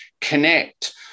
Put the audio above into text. connect